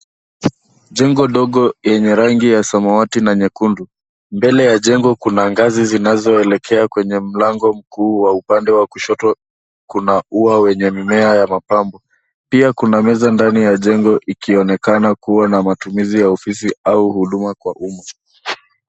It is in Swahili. Jengo ndogo yenye rangi ya samati na nyekundu. Mbele ya jengo kuna ngazi zinazoelekea kwenye mlango mkuu wa upande wa kushoto kuna ua wenye mimea wa mapambo. Pia kuna meza ndani ya jengo ikionekana kuwa na matumizi ya ofisi au huduma kwa umma.